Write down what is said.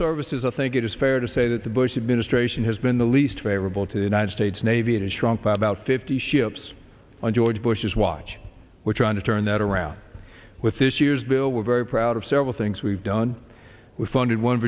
services i think it is fair to say that the bush administration has been the least favorable to the united states navy it has shrunk by about fifty ships on george bush's watch we're trying to turn that around with this year's bill we're very proud of several things we've done we funded one